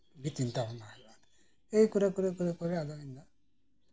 ᱜᱮ ᱪᱤᱱᱛᱟ ᱵᱷᱟᱵᱽᱱᱟᱭ ᱦᱩᱭᱩᱜᱼᱟ ᱮᱭ ᱠᱚᱨᱮ ᱠᱚᱨᱮ ᱟᱫᱚ ᱤᱧᱦᱚᱸ